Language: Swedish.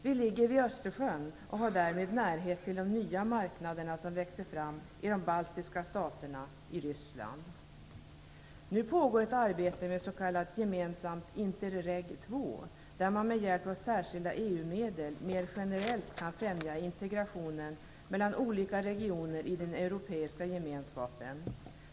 Vi ligger vid Östersjön och har därmed närhet till de nya marknaderna som växer fram i de baltiska staterna och i Ryssland. Nu pågår ett arbete med s.k. gemensamt Interreg II, där man med hjälp av särskilda EU-medel mer generellt kan främja integrationen mellan olika regioner i den europeiska gemenskapen.